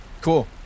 Cool